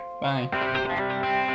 Bye